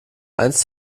eins